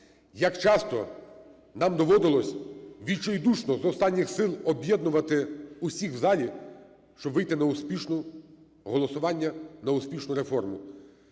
як часто нам доводилося відчайдушно, з останніх сил об'єднувати усіх в залі, щоб вийти на успішне голосування, на успішну реформу.